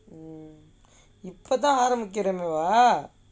mm இப்பே தான் ஆரம்பிக்கிறாங்களா:ippae thaan aarambikkirangalaa